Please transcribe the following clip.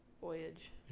voyage